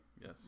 yes